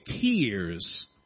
tears